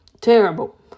Terrible